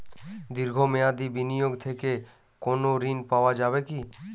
দীর্ঘ মেয়াদি বিনিয়োগ থেকে কোনো ঋন পাওয়া যাবে কী?